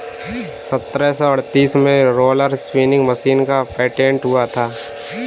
सत्रह सौ अड़तीस में रोलर स्पीनिंग मशीन का पेटेंट हुआ था